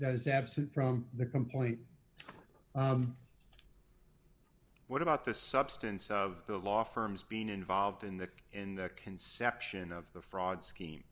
that is absent from the complaint what about the substance of the law firms being involved in the in the conception of the fraud scheme